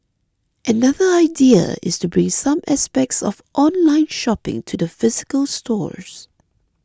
another idea is to bring some aspects of online shopping to the physical stores